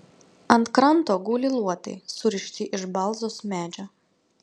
ant kranto guli luotai surišti iš balzos medžio